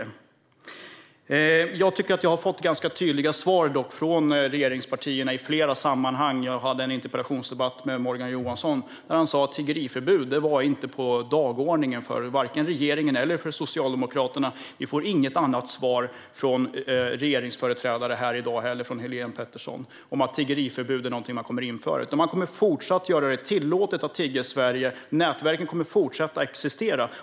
Jag tycker att jag i flera sammanhang har fått ganska tydliga svar från regeringspartierna. Jag hade en interpellationsdebatt med Morgan Johansson där han sa att tiggeriförbud inte fanns på dagordningen vare sig för regeringen eller för Socialdemokraterna. Vi får heller inget annat svar av Helene Petersson, som företräder ett av regeringspartierna, när det gäller om man kommer att införa tiggeriförbud. Man kommer i stället att fortsätta att tillåta tiggeri i Sverige. Nätverken kommer att fortsätta att existera.